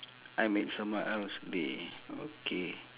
I made someone else day